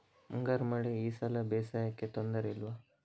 ಮುಂಗಾರು ಮಳೆ ಈ ಸಲ ಬೇಸಾಯಕ್ಕೆ ತೊಂದರೆ ಇಲ್ವ?